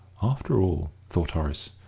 after all, thought horace,